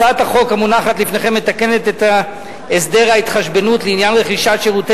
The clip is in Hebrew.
הצעת החוק המונחת לפניכם מתקנת את הסדר ההתחשבנות לעניין רכישת שירותי